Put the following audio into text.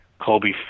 Kobe